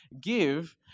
give